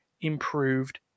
improved